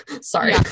Sorry